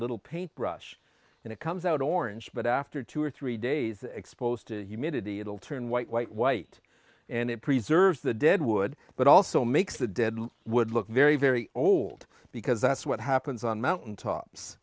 little paint brush and it comes out orange but after two or three days exposed to humanity it'll turn white white white and it preserves the dead wood but also makes a deadly would look very very old because that's what happens on mountaintops